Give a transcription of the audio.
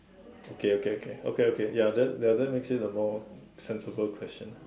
okay okay okay okay okay ya that that makes it a more sensible question